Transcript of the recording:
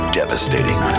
devastating